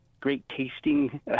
great-tasting